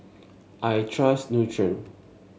I trust Nutren